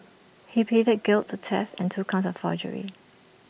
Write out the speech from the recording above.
he pleaded guilty to theft and two counts of forgery